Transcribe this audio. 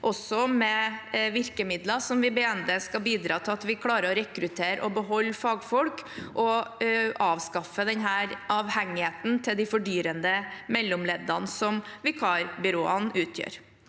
skal bidra til at vi klarer å rekruttere og beholde fagfolk, og avskaffe denne avhengigheten til de fordyrende mellomleddene som vikarbyråene utgjør.